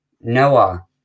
Noah